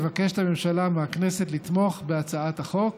מבקשת הממשלה מהכנסת לתמוך בהצעת החוק.